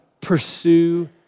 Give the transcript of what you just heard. pursue